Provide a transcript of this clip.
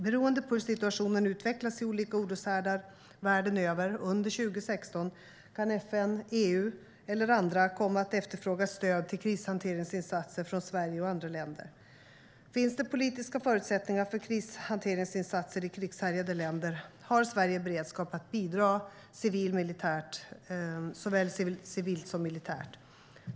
Beroende på hur situationen utvecklas i olika oroshärdar världen över under 2016 kan FN, EU eller andra komma att efterfråga stöd till krishanteringsinsatser från Sverige och andra länder. Finns det politiska förutsättningar för krishanteringsinsatser i krigshärjade länder har Sverige beredskap att bidra såväl civilt som militärt.